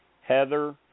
Heather